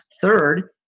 third